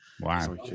Wow